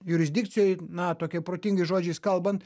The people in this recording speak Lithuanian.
jurisdikcijoj na tokiais protingais žodžiais kalbant